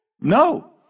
No